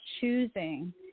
choosing